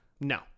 No